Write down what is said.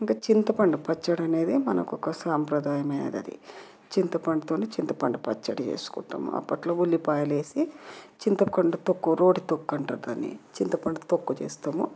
ఇంక చింతపండు పచ్చడి అనేది మనకు ఒక సాంప్రదాయమైనది అది చింతపండుతో చింతపండు పచ్చడి చేసుకుంటాము అప్పట్లో ఉల్లిపాయలు వేసి చింతపండు తొక్కు రోటి తొక్కు అంటారు దాన్ని చింతపండు తొక్కు చేస్తాము